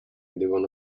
devono